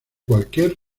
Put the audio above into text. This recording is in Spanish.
cualquier